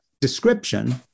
description